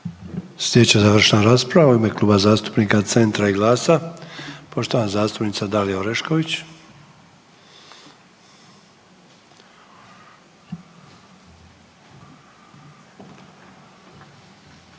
Sljedeća završna rasprava u ime Kluba zastupnika CENTAR i GLAS-a poštovana zastupnica Dalija Orešković.